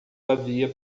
havia